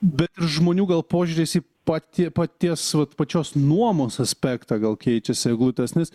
bet ir žmonių gal požiūris į patį paties vat pačios nuomos aspektą gal keičiasi į eglutes nes